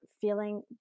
feeling